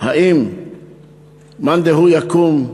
האם מאן דהוא יקום ויגיד: